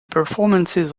performances